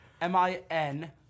M-I-N